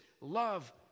love